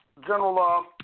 General